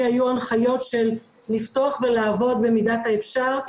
היו הנחיות של לפתוח ולעבוד במידת האפשר,